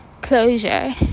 closure